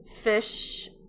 fish